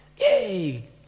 Yay